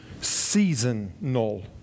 seasonal